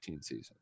season